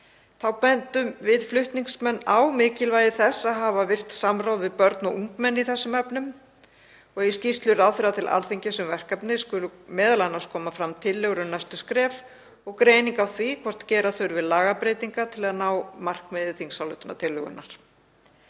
Þá bendum við flutningsmenn á mikilvægi þess að hafa virkt samráð við börn og ungmenni í þessum efnum. Í skýrslu ráðherra til Alþingis um verkefnið skulu m.a. koma fram tillögur um næstu skref og greining á því hvort gera þurfi lagabreytingar til að ná markmiði þingsályktunartillögunnar.